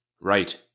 right